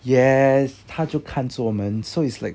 yes 他就看住我们 so it's like